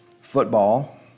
football